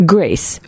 Grace